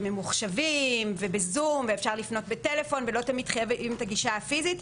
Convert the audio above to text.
ממוחשב ואפשר להשתמש בזום או בטלפון ולא תמיד חייבים גישה פיזית,